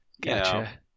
Gotcha